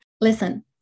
Listen